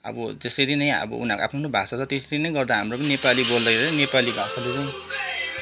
अब त्यसरी नै अब उनीहरूको आफ्नो आफ्नो भाषा छ त्यसरी नै गर्दा हाम्रो पनि नेपाली बोल्दै नेपाली भाषाले जुन